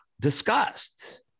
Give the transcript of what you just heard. discussed